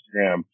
Instagram